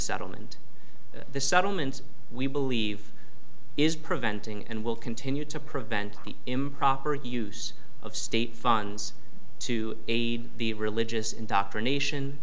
settlement the settlement we believe is preventing and will continue to prevent the improper use of state funds to aid the religious indoctrination